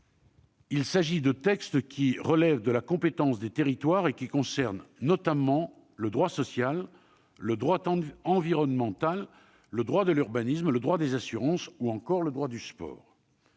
il s'agit de textes qui relèvent de la compétence des territoires et qui concernent, notamment, le droit social, le droit environnemental, le droit de l'urbanisme, le droit des assurances ou encore le droit du sport.